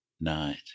night